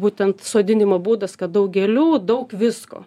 būtent sodinimo būdas kad daug gėlių daug visko